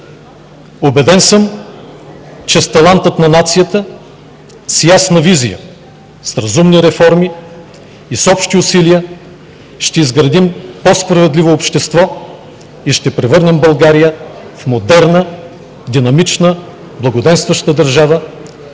Убеден съм, че с таланта на нацията, с ясна визия, с разумни реформи и с общи усилия ще изградим по-справедливо общество и ще превърнем България в модерна, динамична, благоденстваща държава,